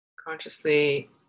Consciously